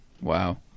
wow